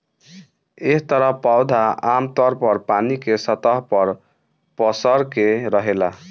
एह तरह पौधा आमतौर पर पानी के सतह पर पसर के रहेला